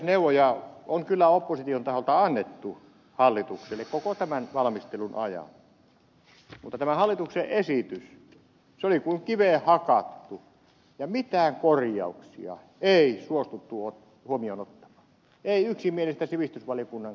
neuvoja on kyllä opposition taholta annettu hallitukselle koko tämän valmistelun ajan mutta tämä hallituksen esitys oli kuin kiveen hakattu ja mitään korjauksia ei suostuttu huomioon ottamaan ei yksimielistä sivistysvaliokunnan kannanottoa